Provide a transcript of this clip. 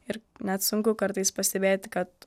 ir net sunku kartais pastebėti kad